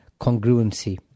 congruency